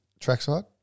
trackside